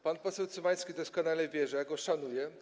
Pan poseł Cymański doskonale wie, że ja go szanuję.